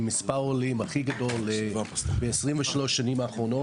שהיא עם מספר עולים הכי גדול ב-23 השנים האחרונות,